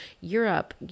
Europe